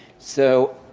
so,